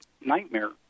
nightmare